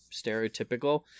stereotypical